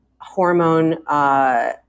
hormone